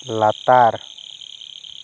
ᱞᱟᱛᱟᱨ